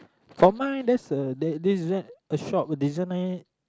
from mine that's a there's a shop designer